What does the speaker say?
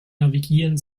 navigieren